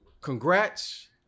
congrats